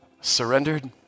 surrendered